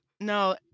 No